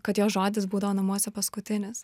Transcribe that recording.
kad jos žodis būdavo namuose paskutinis